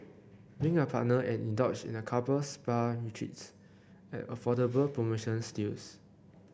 bring a partner and indulge in a couple spa retreats at affordable promotional steals